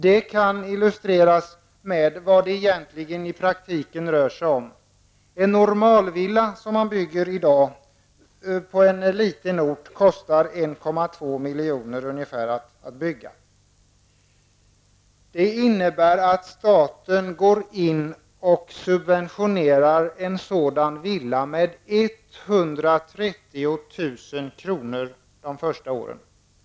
Det kan illustrera vad det i praktiken rör sig om. En normalstor villa kostar i dag ca 1,2 milj.kr. att uppföra på en liten ort. Det innebär att staten subventionerar denna villa med 130 000 kr. per år under de första åren.